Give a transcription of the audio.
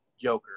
Joker